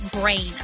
Brain